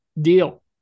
deal